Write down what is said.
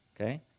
okay